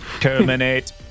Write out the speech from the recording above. terminate